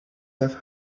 have